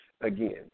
again